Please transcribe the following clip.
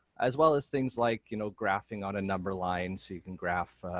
as well as things like you know graphing on a number line, so you can graph